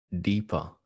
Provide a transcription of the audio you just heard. deeper